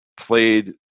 played